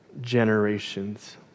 generations